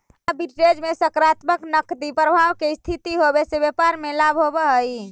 arbitrage में सकारात्मक नकदी प्रवाह के स्थिति होवे से व्यापार में लाभ होवऽ हई